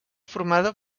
formada